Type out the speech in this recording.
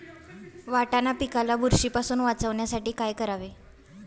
वाटाणा पिकाला बुरशीपासून वाचवण्यासाठी काय करावे?